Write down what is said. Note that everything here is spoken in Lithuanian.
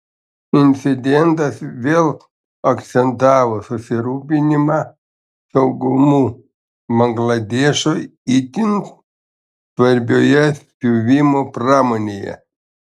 incidentas vėl akcentavo susirūpinimą saugumu bangladešui itin svarbioje siuvimo pramonėje